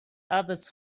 others